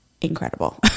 incredible